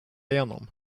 igenom